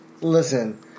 listen